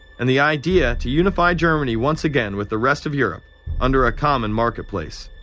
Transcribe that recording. and the idea to unify germany once again with the rest of europe under a common market place.